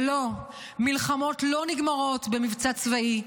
ולא, מלחמות לא נגמרות במבצע צבאי.